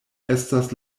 estas